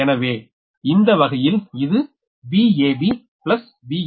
எனவே இந்த வகையில் இது Vab Vac